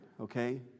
okay